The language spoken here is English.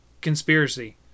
conspiracy